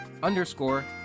underscore